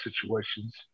situations